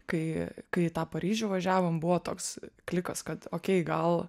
kai kai į tą paryžių važiavom buvo toks klikas kad okei gal